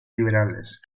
liberales